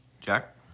Jack